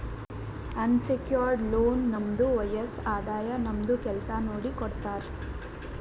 unsecured loan ನಮ್ದು ವಯಸ್ಸ್, ಆದಾಯ, ನಮ್ದು ಕೆಲ್ಸಾ ನೋಡಿ ಕೊಡ್ತಾರ್